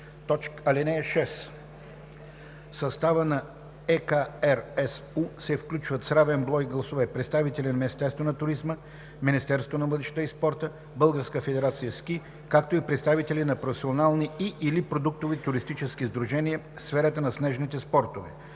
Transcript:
услуги. (6) В състава на ЕКРСУ се включват с равен брой гласове представители на Министерството на туризма, на Министерството на младежта и спорта, на Българската федерация „Ски“, както и представители на професионални и/или продуктови туристически сдружения в сферата на снежните спортове.“